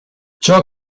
ciò